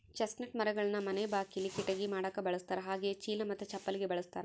chestnut ಮರಗಳನ್ನ ಮನೆ ಬಾಕಿಲಿ, ಕಿಟಕಿ ಮಾಡಕ ಬಳಸ್ತಾರ ಹಾಗೆಯೇ ಚೀಲ ಮತ್ತೆ ಚಪ್ಪಲಿಗೆ ಬಳಸ್ತಾರ